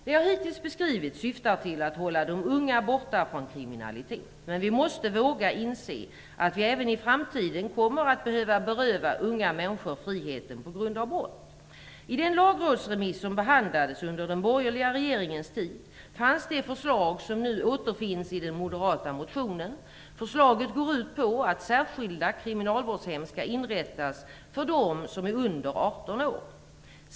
Det jag hittills beskrivit syftar till att hålla de unga borta från kriminalitet, men vi måste våga inse att vi även i framtiden kommer att vara tvungna att beröva unga människor friheten på grund av brott. I den lagrådsremiss som behandlades under den borgerliga regeringens tid fanns det förslag som nu återfinns i den moderata motionen. Förslaget går ut på att särskilda kriminalvårdshem skall inrättas för dem som är under arton år.